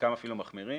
שחלקן אפילו מחמירים,